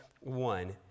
one